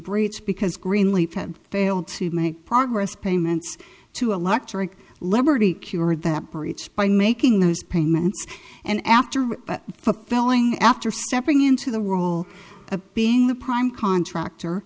breach because greenleaf had failed to make progress payments to electric liberty cured that breach by making those payments and after the felling after stepping into the role of being the prime contractor